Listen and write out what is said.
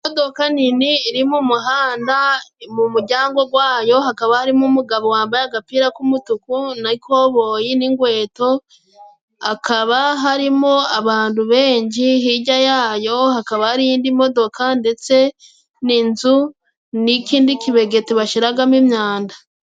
Imodoka nini irimo umuhanda mu mujyango gwayo hakaba harimo umugabo wambaye agapira k'umutuku n'ikoboyi n'ingweto hakaba harimo abantu benshi, hijya yayo hakaba hari indi modoka ndetse n'inzu n'ikindi kibegeti bashiragamo imyanda.